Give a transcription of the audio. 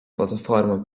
plataforma